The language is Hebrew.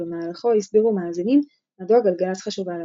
ובמהלכו הסבירו מאזינים מדוע גלגלצ חשובה להם.